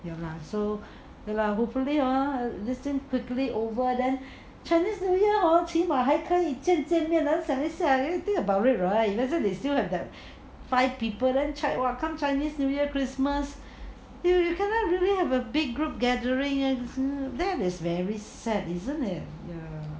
ya lah hopefully hor this thing quickly over then chinese new year hor 起码还可以见见面想一下 think about it right imagine you still have that five people then check what come chinese new year christmas you you cannot really have a big group gathering and that is very sad isn't it